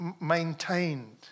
maintained